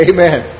Amen